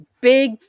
big